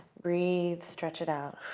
breathe. stretch it out.